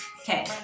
Okay